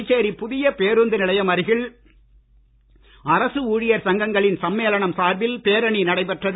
புதுச்சேரி புதிய பேருந்து நிலையம் அருகில் அரசு ஊழியர் சங்கங்களின் சம்மேளனம் சார்பில் பேரணி நடைபெற்றது